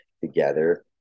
together